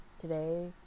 today